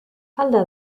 alda